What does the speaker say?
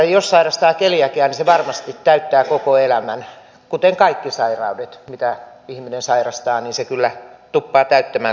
jos sairastaa keliakiaa se varmasti täyttää koko elämän kuten kaikki sairaudet mitä ihminen sairastaa kyllä tuppaavat täyttämään koko elämän